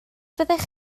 fyddech